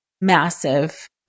massive